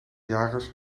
jagers